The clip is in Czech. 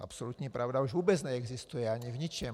Absolutní pravda už vůbec neexistuje, v ničem.